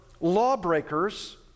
lawbreakers